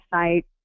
site